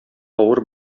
авыр